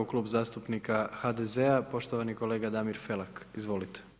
Klub zastupnika HDZ-a, poštovani kolega Damir Felak, izvolite.